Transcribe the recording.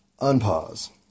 Unpause